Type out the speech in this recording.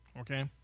Okay